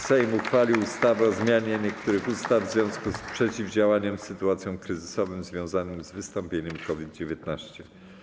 Sejm uchwalił ustawę o zmianie niektórych ustaw w związku z przeciwdziałaniem sytuacjom kryzysowym związanym z wystąpieniem COVID-19.